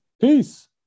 peace